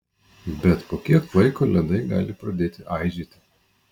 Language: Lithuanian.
bet po kiek laiko ledai gali pradėti aižėti